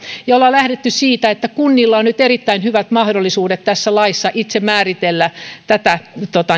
olemme lähteneet siitä että kunnilla on nyt erittäin hyvät mahdollisuudet tässä laissa itse määritellä tätä